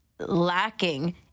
Lacking